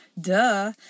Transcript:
duh